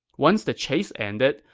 once the chase ended,